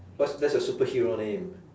what's that's your superhero name